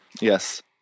yes